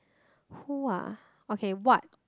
who are okay what